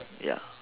ya